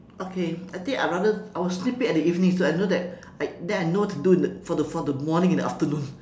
okay I think I rather I will sneak peek at the evening so I know that I then I know what to do in the for the for the morning and the afternoon